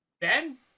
Ben